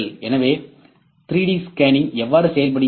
எனவே 3D scanning எவ்வாறு செயல்படுகிறது